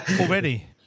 Already